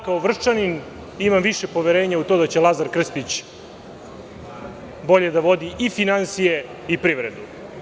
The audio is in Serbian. Kao Vrščanin imam više poverenja u to da će Lazar Krstić bolje da vodi i finansije i privredu.